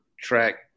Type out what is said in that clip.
track